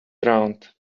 around